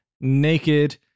naked